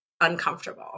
uncomfortable